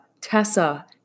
Tessa